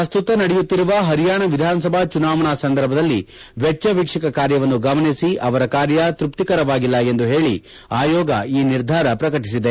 ಪ್ರಸ್ತುತ ನಡೆಯುತ್ತಿರುವ ಪರಿಯಾಣ ವಿಧಾನಸಭಾ ಚುನಾವಣಾ ಸಂದರ್ಭದಲ್ಲಿ ವೆಚ್ಚ ವೀಕ್ಷಕ ಕಾರ್ಯವನ್ನು ಗಮನಿಸಿ ಅವರ ಕಾರ್ಯ ತೃಪ್ತಿಕರವಾಗಿಲ್ಲ ಎಂದು ಹೇಳಿ ಆಯೋಗ ಈ ನಿರ್ಧಾರ ಪ್ರಕಟಿಸಿದೆ